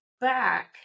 back